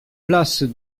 place